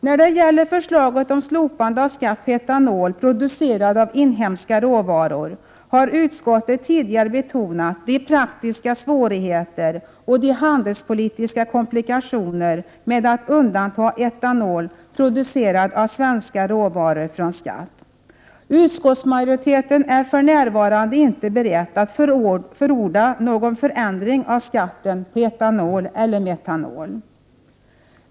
När det gäller förslaget om slopande av skatt på etanol, producerad av inhemska råvaror, har utskottet tidigare betonat de praktiska svårigheterna och de handelspolitiska komplikationerna i samband med ett undantagande av etanol producerad av svenska råvaror från skatt. Utskottsmajoriteten är för närvarande inte beredd att förorda någon förändring av skatten på etanol eller metanol.